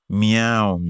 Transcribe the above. meow